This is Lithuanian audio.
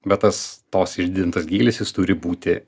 bet tas tos išdidintas gylis jis turi būti